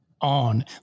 on